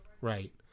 Right